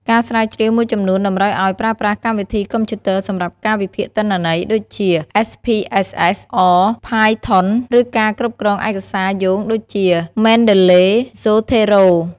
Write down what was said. ការស្រាវជ្រាវមួយចំនួនតម្រូវឱ្យប្រើប្រាស់កម្មវិធីកុំព្យូទ័រសម្រាប់ការវិភាគទិន្នន័យ ដូចជា អេសភីអេសអេស (SPSS) អរ (R) ផាយថុន (Python) ឬការគ្រប់គ្រងឯកសារយោងដូចជា មែនដឺឡេ (Mendeley) ស្សូថេរ៉ូ (Zotero)។